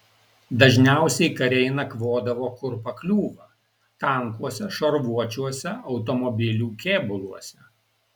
dažniausiai kariai nakvodavo kur pakliūva tankuose šarvuočiuose automobilių kėbuluose